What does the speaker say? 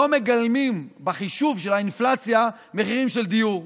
לא מגלמים בחישוב של האינפלציה מחירים של דיור.